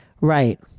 Right